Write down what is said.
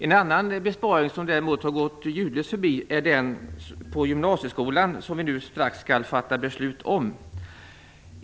En annan besparing som däremot har gått ljudlöst förbi är den på gymnasieskolan, som vi strax skall fatta beslut om.